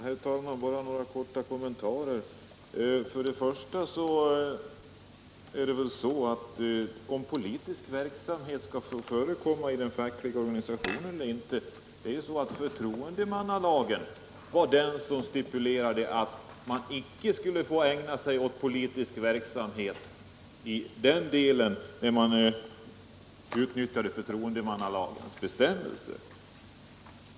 Herr talman! Bara några korta kommentarer. Vad först angår frågan om huruvida politisk verksamhet skall få förekomma i den fackliga organisationen eller inte så var det förtroendemannalagen som stipulerade att man inte skulle få ägna sig åt politisk verksamhet, när man utnyttjade förtroendemannalagens bestämmelser.